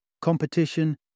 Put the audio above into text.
competition